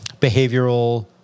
behavioral